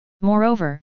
Moreover